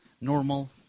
normal